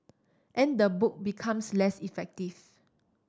and the book becomes less effective